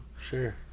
sure